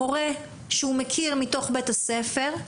הורה שהוא מכיר מתוך בית הספר,